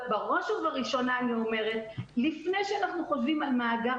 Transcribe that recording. בראש ובראשונה לפני שאנחנו חושבים על מאגר